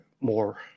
more